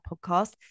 podcast